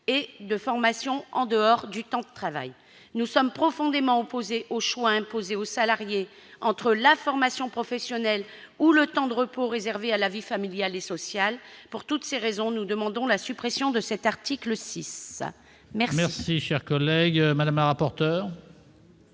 de formation en dehors du temps de travail. Nous sommes profondément opposés au fait d'imposer aux salariés de choisir entre la formation professionnelle ou le temps de repos réservé à la vie familiale et sociale. Pour toutes ces raisons, nous demandons la suppression de cet article 6. Quel